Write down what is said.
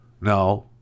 no